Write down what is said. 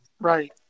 Right